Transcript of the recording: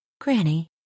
Granny